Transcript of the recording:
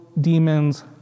demons